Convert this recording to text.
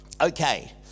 Okay